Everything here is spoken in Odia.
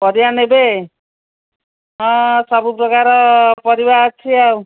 ପରିବା ନେବେ ହଁ ସବୁପ୍ରକାର ପରିବା ଅଛି ଆଉ